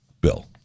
Bill